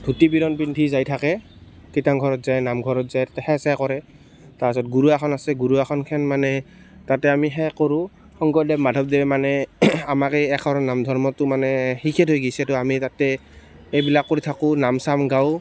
ধূতি বিৰণ পিন্ধি যাই থাকে কীৰ্ত্তনঘৰত যায় নামঘৰত যায় তাতে সেৱা চেৱা কৰে তাৰপিছত গুৰু আসন আছে গুৰু আসনখন মানে তাতে আমি সেৱা কৰোঁ শংকৰদেৱ মাধৱদেৱে মানে আমাক এই একশৰণ নামধৰ্মটো মানে শিকাই থৈ গৈছে তো আমি তাতে এইবিলাক কৰি থাকোঁ নাম চাম গাওঁ